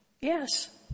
Yes